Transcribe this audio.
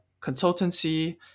consultancy